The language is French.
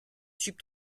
sub